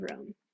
room